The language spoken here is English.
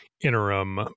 interim